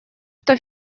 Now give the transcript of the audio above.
что